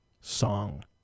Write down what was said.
song